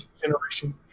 Generation